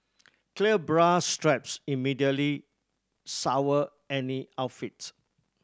clear bra straps immediately sour any outfits